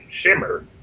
Shimmer